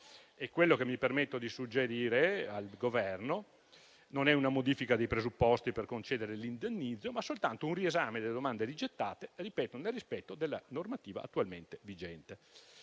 Quello che mi permetto di suggerire al Governo non è una modifica dei presupposti per concedere l'indennizzo, ma soltanto un riesame delle domande rigettate, nel rispetto della normativa attualmente vigente.